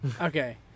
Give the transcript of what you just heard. Okay